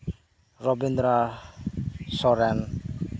Rabindra Soren